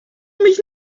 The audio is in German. mich